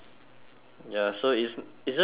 ya so it's is it long